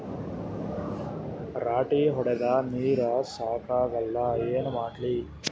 ರಾಟಿ ಹೊಡದ ನೀರ ಸಾಕಾಗಲ್ಲ ಏನ ಮಾಡ್ಲಿ?